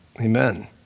Amen